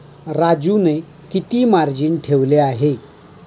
राजूने किती मार्जिन ठेवले आहे?